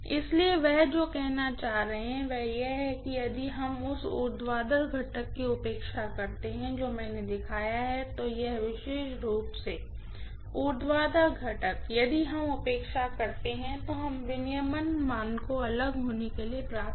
इसलिए वह जो कहना चाह रहे हैं वह यह है कि यदि हम उस ऊर्ध्वाधर घटक की उपेक्षा करते हैं जो मैंने दिखाया है तो यह विशेष रूप से ऊर्ध्वाधर घटक यदि हम उपेक्षा करते हैं तो हम रेगुलेशन मान को अलग होने के लिए प्राप्त कर रहे हैं